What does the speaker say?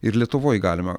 ir lietuvoj galima